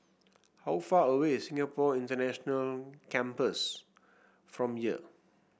how far away is Singapore International Campus from here